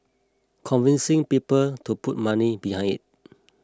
convincing people to put money behind it